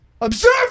Observe